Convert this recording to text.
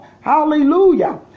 Hallelujah